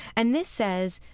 and this says,